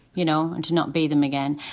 you know, and not be them again.